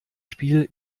spiel